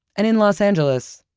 and in los angeles,